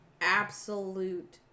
absolute